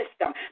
system